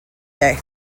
day